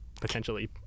potentially